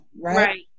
Right